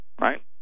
right